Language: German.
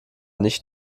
nicht